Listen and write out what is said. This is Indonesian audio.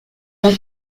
rak